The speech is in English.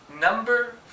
number